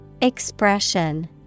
Expression